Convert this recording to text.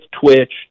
twitch